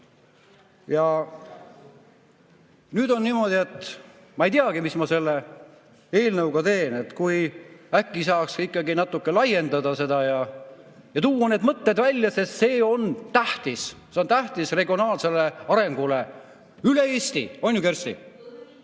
ju? Nüüd on niimoodi, et ma ei teagi, mis ma selle eelnõuga teen. Kui äkki saaks ikkagi natuke laiendada seda ja tuua need mõtted välja, sest see on tähtis, see on tähtis regionaalsele arengule üle Eesti. On ju, Kersti?